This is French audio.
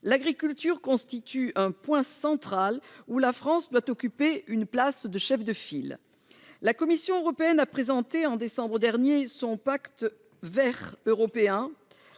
l'agriculture constitue un point central où la France doit occuper une place de chef de file. La Commission européenne a présenté en décembre dernier son pacte vert européen,